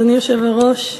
אדוני היושב-ראש,